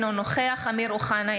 אינו נוכח אמיר אוחנה,